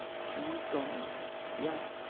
she is gone yes,